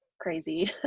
crazy